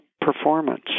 performance